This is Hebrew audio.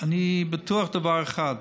אני בטוח בדבר אחד: